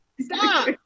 Stop